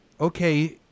Okay